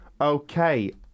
Okay